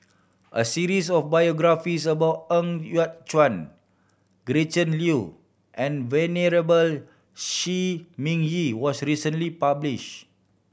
a series of biographies about Ng Yat Chuan Gretchen Liu and Venerable Shi Ming Yi was recently published